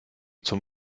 zum